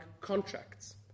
contracts